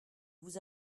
vous